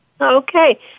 Okay